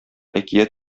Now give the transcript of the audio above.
әкият